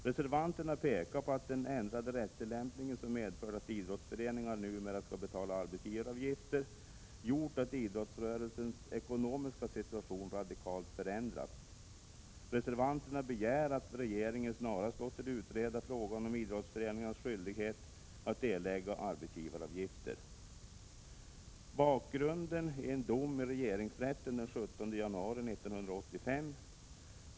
Reservanterna pekar på att den ändrade rättstillämpningen, som medfört att idrottsföreningarna numera skall betala arbetsgivaravgifter, gjort att idrottsrörelsens ekonomiska situation radikalt förändrats. Reservanterna begär att regeringen snarast låter utreda frågan om idrottsföreningarnas skyldighet att erlägga arbetsgivaravgifter. Bakgrunden är en dom i regeringsrätten den 17 januari 1985.